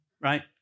right